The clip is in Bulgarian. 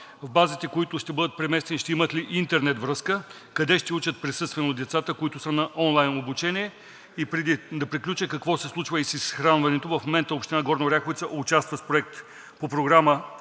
В базите, в които ще бъдат преместени, ще имат ли интернет връзка? Къде ще учат присъствено децата, които не са на онлайн обучение? Какво се случва с изхранването? В момента община Горна Оряховица участва с проект по Програмата